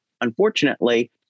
unfortunately